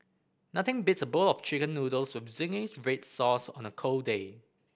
nothing beats a bowl of Chicken Noodles with zingy red sauce on a cold day